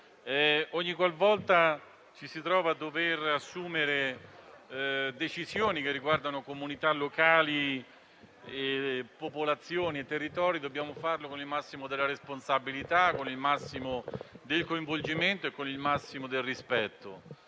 Ogni qualvolta ci si trova a dover assumere decisioni che riguardano comunità locali, popolazioni e territori, dobbiamo farlo con il massimo della responsabilità, con il massimo del